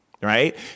right